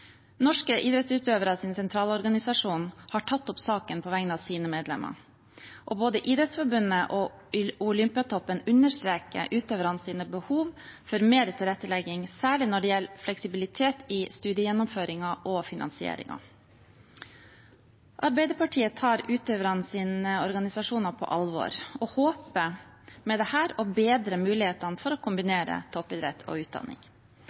Norske Idrettsutøveres Sentralorganisasjon har tatt opp saken på vegne av sine medlemmer, og både Idrettsforbundet og Olympiatoppen understreker utøvernes behov for mer tilrettelegging, særlig når det gjelder fleksibilitet i studiegjennomføringen og finansieringen. Arbeiderpartiet tar utøvernes organisasjoner på alvor og håper med dette å bedre mulighetene for å kombinere toppidrett og utdanning.